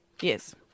Yes